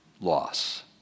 loss